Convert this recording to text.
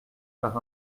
par